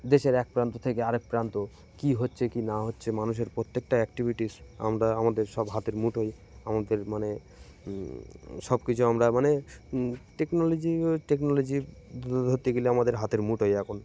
দেশের এক প্রান্ত থেকে আরেক প্রান্ত কী হচ্ছে কী না হচ্ছে মানুষের প্রত্যেকটা অ্যাক্টিভিটিস আমরা আমাদের সব হাতের মুঠোয় আমাদের মানে সব কিছু আমরা মানে টেকনোলজি ও টেকনোলজির ধরতে গেলে আমাদের হাতের মুঠোয় এখন